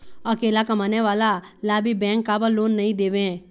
अकेला कमाने वाला ला भी बैंक काबर लोन नहीं देवे?